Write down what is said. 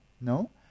no